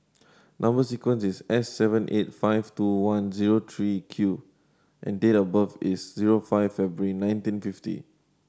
number sequence is S seven eight five two one zero three Q and date of birth is zero five February nineteen fifty